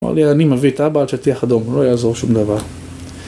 אני מביא את האבא על שטיח אדום, הוא לא יעזור שום דבר.